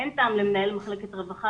אין טעם למנהל מחלקת רווחה